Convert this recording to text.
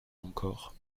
encore